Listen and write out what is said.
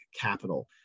capital